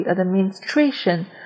Administration